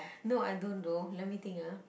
no I don't though let me think ah